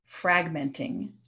fragmenting